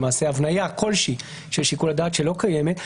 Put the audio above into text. למעשה הבניה כלשהי של שיקול הדעת שלא קיימת.